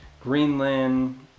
Greenland